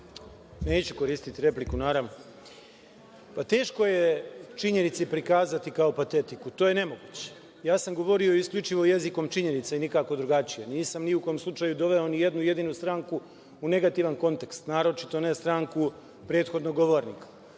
Neću koristiti repliku, naravno. Teško je činjenice prikazati kao patetiku. To je nemoguće. Ja sam govorio isključivo jezikom činjenica i nikako drugačije. Nisam ni u kom slučaju doveo ni jednu jedinu stranku u negativan kontekst, naročito ne stranku prethodnog govornika.